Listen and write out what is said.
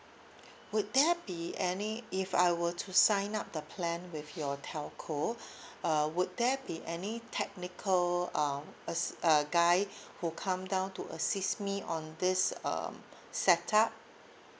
would there be any if I were to sign up the plan with your telco uh would there be any technical um ass~ uh guy who come down to assist me on this um set up